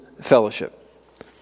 fellowship